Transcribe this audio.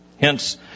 Hence